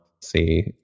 see